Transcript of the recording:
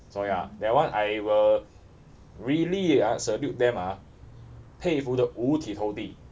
so ya that one I will really ah salute them ah 佩服得五体投地